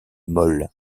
molle